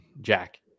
Jack